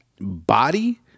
body